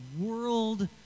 world